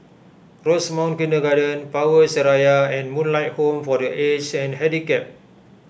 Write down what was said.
Rosemount Kindergarten Power Seraya and Moonlight Home for the Aged and Handicapped